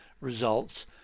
results